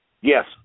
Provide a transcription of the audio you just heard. Yes